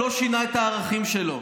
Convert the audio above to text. הוא לא שינה את הערכים שלו.